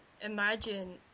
imagine